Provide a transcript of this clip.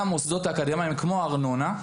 למוסדות אקדמיים- כמו ארנונה,